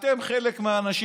אתם חלק מהאנשים.